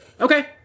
Okay